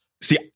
See